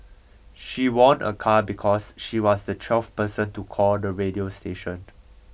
she won a car because she was the twelfth person to call the radio station